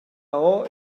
ora